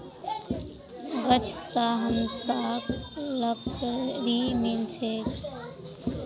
गाछ स हमसाक लकड़ी मिल छेक